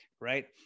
Right